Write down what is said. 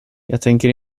tänker